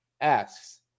asks